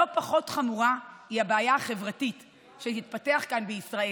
לא פחות חמורה היא הבעיה החברתית שתתפתח כאן בישראל.